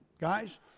guys